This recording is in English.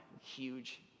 huge